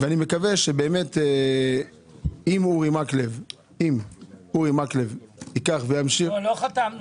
אני מקווה שבאמת אם אורי מקלב ייקח את זה על עצמו